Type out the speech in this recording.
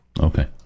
Okay